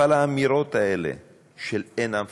אבל האמירות האלה של "אין עם פלסטיני"